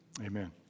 Amen